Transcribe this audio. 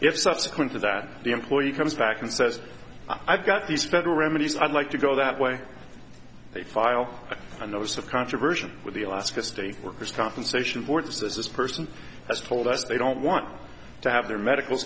if subsequent to that the employee comes back and says i've got these federal remedies i'd like to go that way they file a notice of controversial with the alaska state workers compensation board says this person has told us they don't want to have their medical